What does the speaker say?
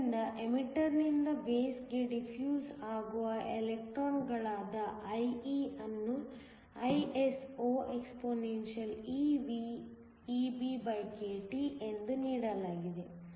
ಆದ್ದರಿಂದ ಎಮಿಟರ್ ನಿಂದ ಬೇಸ್ಗೆ ಡಿಫ್ಯೂಸ್ ಆಗುವ ಎಲೆಕ್ಟ್ರಾನ್ಗಳಾದ IE ಅನ್ನು ISO expeVEBkT ಎಂದು ನೀಡಲಾಗಿದೆ